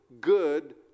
good